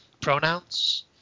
pronouns